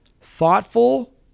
thoughtful